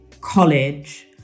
college